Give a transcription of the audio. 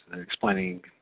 explaining